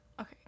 Okay